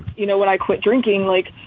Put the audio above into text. you know, when i quit drinking, like,